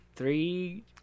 three